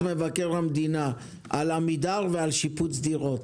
של מבקר המדינה על עמידר ועל שיפוץ דירות,